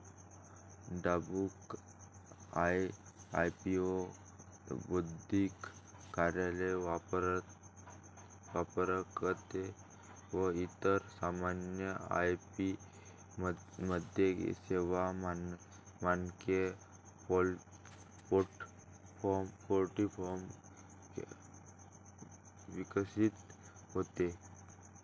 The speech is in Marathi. डब्लू.आय.पी.ओ बौद्धिक कार्यालय, वापरकर्ते व इतर सामायिक आय.पी साधने, सेवा, मानके प्लॅटफॉर्म विकसित होते